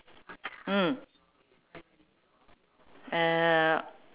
mm err